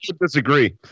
disagree